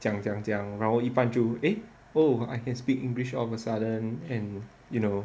讲讲讲然后一般就 eh oh I can speak english all of a sudden and you know